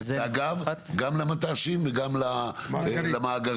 אגב, גם למת"שים וגם למאגרים.